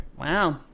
Wow